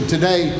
today